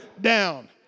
down